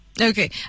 Okay